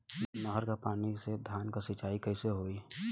नहर क पानी से धान क सिंचाई कईसे होई?